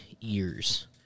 ears